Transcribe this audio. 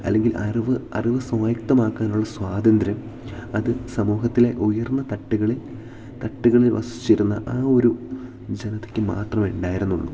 അല്ലെങ്കിൽ അറിവ് അറിവ് സ്വായക്തമാക്കാനുള്ള സ്വാതന്ത്ര്യം അത് സമൂഹത്തിലെ ഉയർന്ന തട്ടുകളിൽ തട്ടുകളിൽ വസിച്ചിരുന്ന ആ ഒരു ജനതക്ക് മാത്രമേ ഉണ്ടായിരുന്നുള്ളൂ